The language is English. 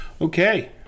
Okay